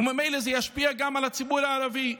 וממילא זה ישפיע גם על הציבור הערבי,